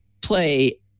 play